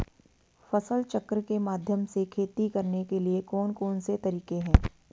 फसल चक्र के माध्यम से खेती करने के लिए कौन कौन से तरीके हैं?